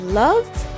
loved